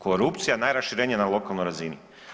Korupcija je najraširenija na lokalnoj razini.